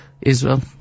Israel